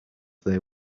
they